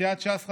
סיעת ש"ס,